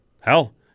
Hell